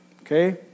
okay